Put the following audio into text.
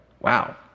Wow